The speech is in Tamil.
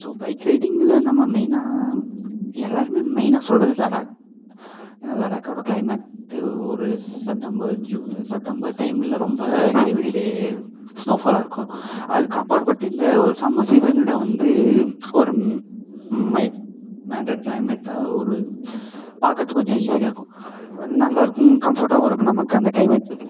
ஸோ பைக் ரைடிங்கில் நம்ம மெயினாக எல்லோருமே மெயினாக சொல்கிறது லடாக் ஏன்னா லடாக்கோட கிளைமேட்டு ஒரு செப்டம்பர் ஜூன் செப்டம்பர் டைமில் ரொம்ப ஹெவி ஸ்னோஃபாலாக இருக்கும் அதுக்கு அப்பாற்பட்டு இந்த ஒரு சம்மர் சீசனில் வந்து ஒரு மேன்டட் கிளைமேட்டாஒரு பாக்கிறதுக்கு கொஞ்சம் ஈஸியாக இருக்கும் நல்லா இருக்கும் கம்ஃபோட்டாகவும் இருக்கும் நமக்கு அந்த கிளைமெட்